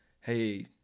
Hey